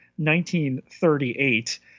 1938